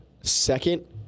second